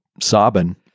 sobbing